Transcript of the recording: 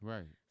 Right